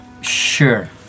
sure